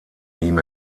ihm